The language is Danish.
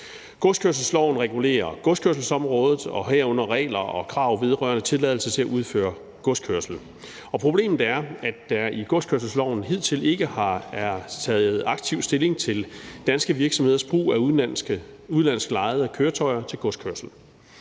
Godskørselsloven regulerer godskørselsområdet og herunder regler og krav vedrørende tilladelse til at udføre godskørsel, og problemet er, at der i godskørselsloven hidtil ikke er været taget aktiv stilling til danske virksomheders brug af udenlandsk lejede køretøjer til godskørsel.